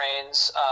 trains